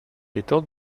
étant